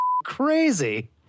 crazy